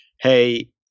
hey